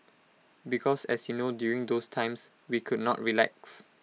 because as you know during those times we could not relax